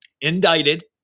indicted